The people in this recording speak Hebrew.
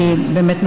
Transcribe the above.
כי הפנים של עזה,